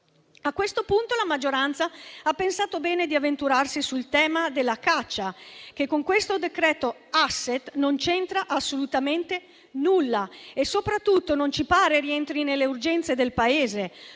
A questo punto, la maggioranza ha pensato bene di avventurarsi sul tema della caccia, che con questo decreto *asset* non c'entra assolutamente nulla e, soprattutto, non ci pare rientri nelle urgenze del Paese,